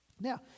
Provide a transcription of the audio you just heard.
Now